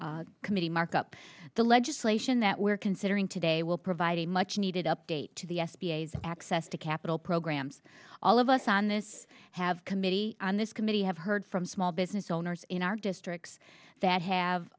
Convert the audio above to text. morning's committee markup the legislation that we're considering today will provide a much needed update to the s b a as access to capital programs all of us on this have committee on this committee have heard from small business owners in our districts that have